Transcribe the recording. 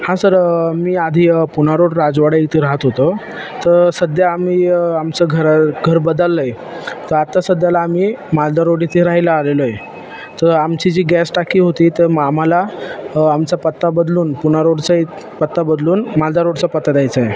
हां सर मी आधी पुणे रोड राजवाडा इथे राहत होतो तर सध्या आम्ही आमचं घर घर बदललं आहे तर आत्ता सध्याला आम्ही मालदाड रोड इथे राहायला आलेलो आहे तर आमची जी गॅस टाकी होती तर म आम्हाला आमचा पत्ता बदलून पुणे रोडचा ए पत्ता बदलून मालदाड रोडचा पत्ता द्यायचा आहे